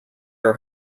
are